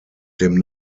dem